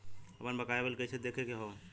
आपन बकाया बिल कइसे देखे के हौ?